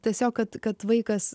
tiesiog kad kad vaikas